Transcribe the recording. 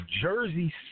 jersey